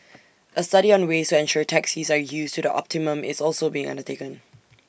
A study on ways to ensure taxis are used to the optimum is also being undertaken